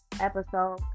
episode